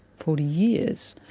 forty years,